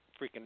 freaking